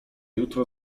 jutro